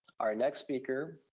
our next speaker